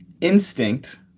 instinct